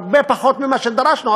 הרבה פחות ממה שדרשנו,